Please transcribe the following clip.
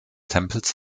tempels